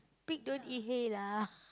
pig don't eat hay lah